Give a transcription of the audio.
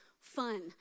fun